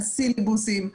על סילבוסים.